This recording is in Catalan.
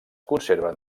conserven